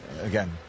again